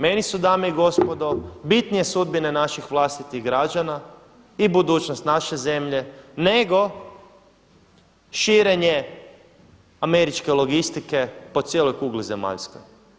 Meni su dame i gospodo bitnije sudbine naših vlastitih građana i budućnost naše zemlje nego širenje američke logistike po cijeloj kugli zemaljskoj.